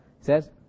says